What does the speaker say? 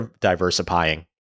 diversifying